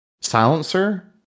silencer